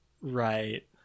Right